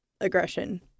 aggression